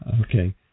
Okay